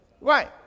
Right